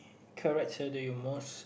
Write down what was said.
character do you most